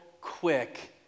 quick